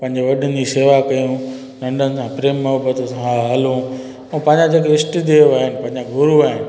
पंहिंजे वॾनि जी शेवा कयूं नंढनि सां प्रेम मोहब्बत सां हलूं ऐं पंहिंजा जेके ईष्ट देव आहिनि पंहिंजा गुरू आहिनि